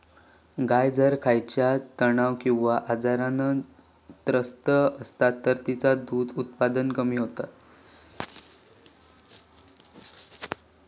गाय जर खयच्या तणाव किंवा आजारान त्रस्त असात तर तिचा दुध उत्पादन कमी होता